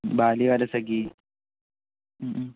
ബാല്യകാലസഖി മ് മ്